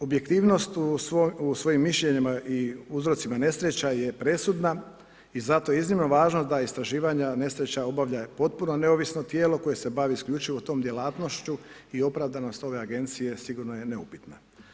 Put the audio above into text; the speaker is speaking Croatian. Objektivnost u svojim mišljenjima i uzrocima nesreća je presudna i zato je iznimno važno da istraživanja nesreća obavlja potpuno neovisno tijelo koje se bavi isključivo tom djelatnošću i opravdanost ove agencije sigurno je neupitna.